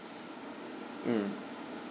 mm